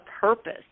purpose